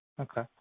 Okay